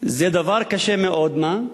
זה דבר קשה מאוד, מה?